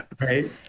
right